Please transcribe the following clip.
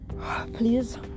please